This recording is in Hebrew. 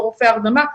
ברופא הרדמה.